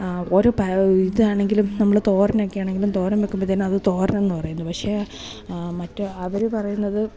ഓരോ ഇതാണെങ്കിലും നമ്മൾ തോരനൊക്കെ ആണെങ്കിലും തോരൻ വയ്ക്കുമ്പോൾ തന്നെ അത് തോരനെന്ന് പറയുന്നു പക്ഷേ മറ്റേ അവർ പറയുന്നത്